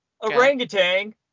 orangutan